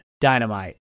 Dynamite